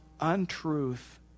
untruth